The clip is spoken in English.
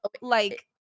like-